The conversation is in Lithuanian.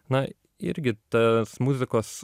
na irgi tas muzikos